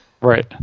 right